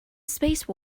space